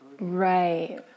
Right